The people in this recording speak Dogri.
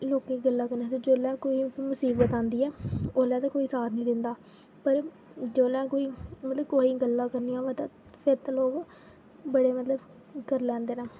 लोकें गल्लां करने आस्तै जोल्लै कोई मुसीबत आंदी ऐ ओल्लै ते कोई साथ निं दिंदा पर जोल्लै कोई कोहे ई गल्लां करनियां होवै ते फिर ते लोक बड़े मतलब करलांदे न